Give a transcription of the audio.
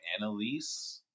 Annalise